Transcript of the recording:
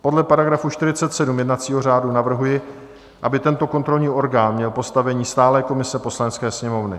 Podle § 47 jednacího řádu navrhuji, aby měl tento kontrolní orgán postavení stálé komise Poslanecké sněmovny.